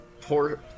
Poor